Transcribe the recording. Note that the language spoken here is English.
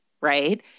right